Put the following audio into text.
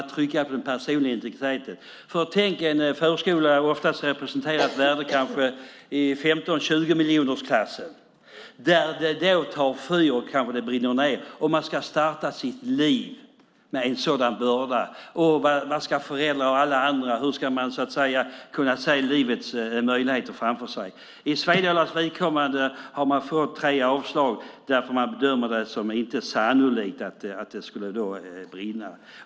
Tänk att en förskola, som oftast representerar ett värde i kanske 15-20-miljonersklassen, tar fyr och kanske brinner ned och att man ska starta sitt liv med en sådan börda. Vad ska föräldrar och alla andra göra? Hur ska man kunna se livets möjligheter framför sig? För Svedalas vidkommande har det blivit tre avslag därför att man inte bedömer det som sannolikt att det skulle brinna.